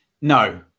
No